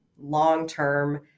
long-term